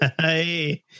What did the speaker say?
Hey